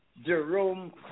Jerome